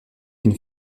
une